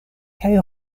kaj